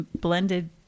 blended